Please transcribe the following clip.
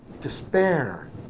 despair